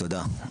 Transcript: תודה.